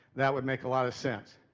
that would make a lot of sense.